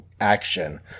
action